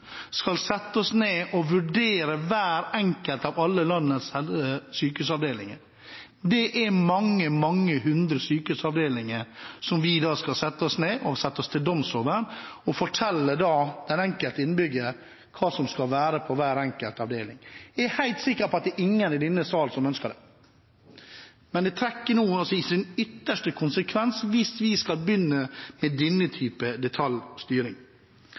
skal sette oss ned og vurdere hver enkelt av alle landets sykehusavdelinger. Det ville være mange hundre sykehusavdelinger som vi da skulle sette oss ned og sette oss til doms over, for så å fortelle den enkelte innbygger hva som skal være på hver enkelt avdeling. Jeg er helt sikker på at det ikke er noen i denne sal som ønsker det, men i sin ytterste konsekvens ville det bli slik hvis vi skulle begynne med denne typen detaljstyring.